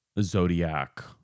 Zodiac